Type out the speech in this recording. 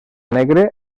negre